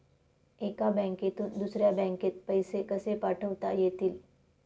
एका बँकेतून दुसऱ्या बँकेत पैसे कसे पाठवता येतील?